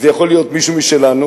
זה יכול להיות מישהו משלנו,